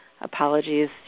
apologies